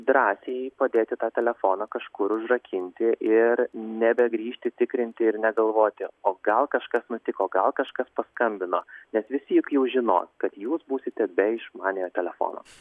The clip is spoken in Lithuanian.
drąsiajai padėti tą telefoną kažkur užrakinti ir nebegrįžti tikrinti ir negalvoti o gal kažkas nutiko gal kažkas paskambino nes visi juk jau žinos kad jūs būsite be išmaniojo telefono